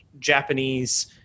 japanese